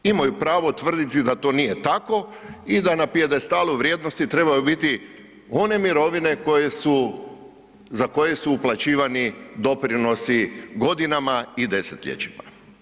Imaju pravo tvrditi da to nije tako i da na pijedestalu vrijednosti trebaju biti one mirovine koje su, za koje su uplaćivani doprinosi godinama i desetljećima.